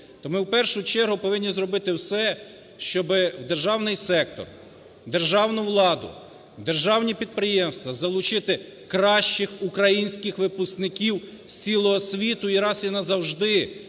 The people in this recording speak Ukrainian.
то ми в першу чергу повинні зробити все, щоб в державний сектор, в державну владу, в державні підприємства залучити кращих українських випускників з цілого світу і раз і назавжди